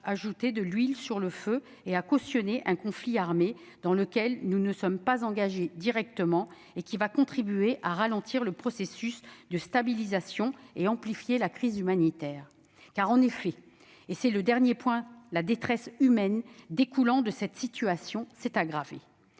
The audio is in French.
verser de l'huile sur le feu et à cautionner un conflit armé dans lequel nous ne sommes pas engagés directement, alors même qu'il va contribuer à ralentir le processus de stabilisation et à amplifier la crise humanitaire ? Car, enfin, la détresse humaine découlant de cette situation s'est aggravée.